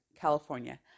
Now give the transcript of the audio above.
California